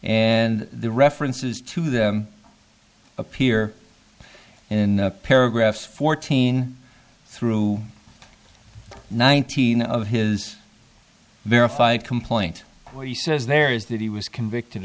and the references to them appear in the paragraph fourteen through nineteen of his verified complaint what he says there is that he was convicted